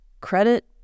credit